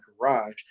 garage